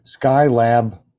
Skylab